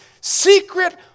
secret